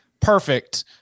perfect